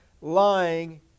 lying